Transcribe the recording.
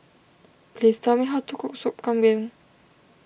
please tell me how to cook Soup Kambing